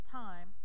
time